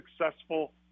successful